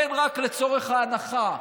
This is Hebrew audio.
רק לצורך ההנחה,